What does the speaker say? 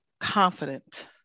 confident